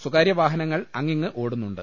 സ്വകാര്യ ്വാഹനങ്ങൾ അങ്ങിങ്ങ് ഓടുന്നുണ്ട്